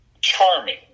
charming